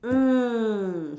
mm